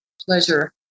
pleasure